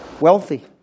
wealthy